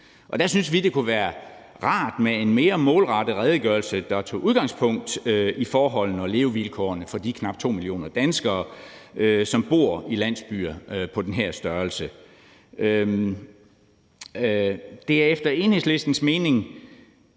Der synes vi, at det kunne være rart med en mere målrettet redegørelse, der tog udgangspunkt i forholdene og levevilkårene for de knap 2 millioner danskere, som bor i landsbyer på den her størrelse. Det er efter Enhedslistens mening